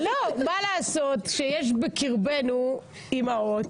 מה לעשות, יש בקרבנו אימהות,